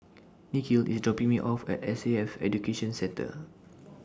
Nikhil IS dropping Me off At S A F Education Centre